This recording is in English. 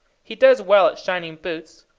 he does well at shining boots.